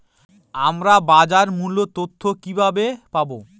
আমরা বাজার মূল্য তথ্য কিবাবে পাবো?